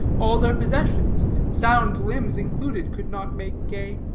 all their possessions, sound limbs included, could not make gay.